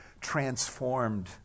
transformed